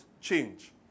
Change